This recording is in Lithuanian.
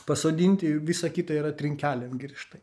pasodinti visa kita yra trinkelėm griežtai